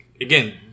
again